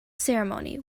ceremony